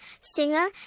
singer